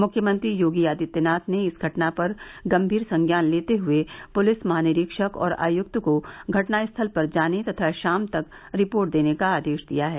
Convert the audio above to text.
मुख्यमंत्री योगी आदित्यनाथ ने इस घटना पर गंभीर संज्ञान लेते हुए पुलिस महानिरीक्षक और आयुक्त को घटनास्थल पर जाने तथा शाम तक रिपोर्ट देने का आदेश दिया है